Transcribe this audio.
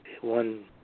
one